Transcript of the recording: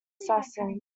assassin